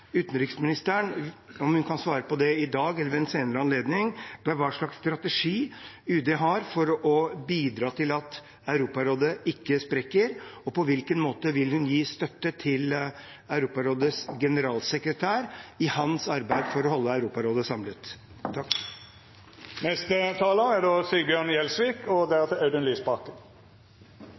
utenriksministeren – om hun kan svare på det i dag eller ved en senere anledning – er hva slags strategi UD har for å bidra til at Europarådet ikke sprekker, og på hvilken måte hun vil gi støtte til Europarådets generalsekretær i hans arbeid for å holde Europarådet samlet. Det var en redegjørelse som var innom mange områder som det er